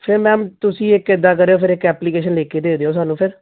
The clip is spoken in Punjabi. ਫਿਰ ਮੈਮ ਤੁਸੀਂ ਇੱਕ ਇੱਦਾਂ ਕਰਿਓ ਫਿਰ ਇੱਕ ਐਪਲੀਕੇਸ਼ਨ ਲਿਖ ਕੇ ਦੇ ਦਿਓ ਸਾਨੂੰ ਫਿਰ